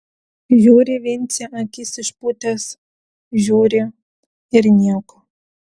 žiūri vincė akis išpūtęs žiūri ir nieko